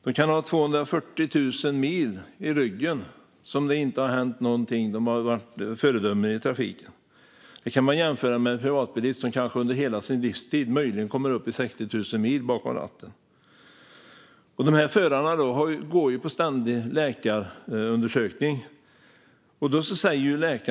De kan ha 240 000 mil i ryggen utan att det har hänt någonting. De har varit föredömliga i trafiken. Detta kan man jämföra med en privatbilist, som under hela sin livstid möjligen kommer upp i 60 000 mil bakom ratten. Dessa förare går på ständiga läkarundersökningar.